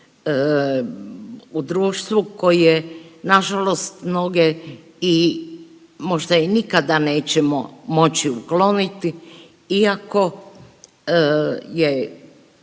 u društvu koje nažalost mnoge i možda i nikada nećemo moći ukloniti iako je